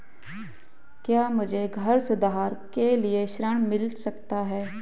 क्या मुझे घर सुधार के लिए ऋण मिल सकता है?